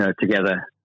Together